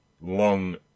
long